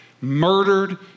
murdered